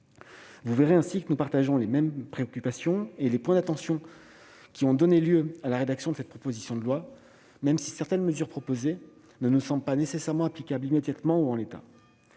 Vous verrez ainsi que nous partageons les mêmes préoccupations et les points d'attention qui ont donné lieu à la rédaction de cette proposition de loi, même si certaines des mesures que celle-ci contient ne nous semblent pas nécessairement applicables immédiatement ou en l'état.